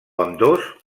ambdós